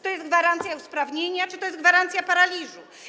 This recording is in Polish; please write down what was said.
To jest gwarancja usprawnienia czy to jest gwarancja paraliżu?